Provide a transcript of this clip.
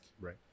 right